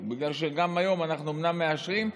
בגלל שגם היום אנחנו אומנם מאשרים,